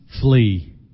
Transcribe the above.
flee